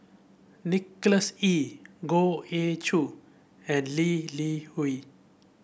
Nicholas Ee Goh Ee Choo and Lee Li Hui